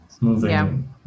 moving